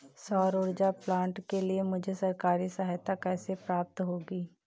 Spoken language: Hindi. सौर ऊर्जा प्लांट के लिए मुझे सरकारी सहायता कैसे प्राप्त होगी?